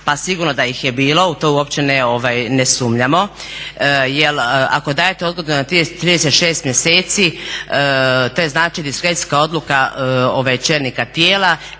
pa sigurno da ih je bilo, u to uopće ne sumnjamo jel ako dajete odgodu na 36 mjeseci to je znači diskrecijska odluka čelnika tijela